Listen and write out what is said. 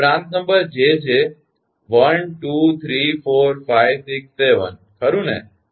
હવે branch number 𝑗𝑗 1 2 3 4 5 6 7 ખરુ ને